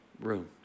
room